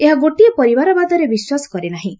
ଏହା ଗୋଟିଏ ପରିବାରବାଦରେ ବିଶ୍ୱାସ କରେ ନାହିଁ